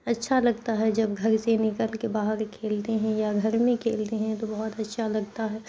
اچھا لگتا ہے جب گھر سے نکل کے باہڑ کھیلتے ہیں یا گھر میں کھیلتے ہیں تو بہت اچھا لگتا ہے